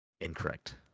Incorrect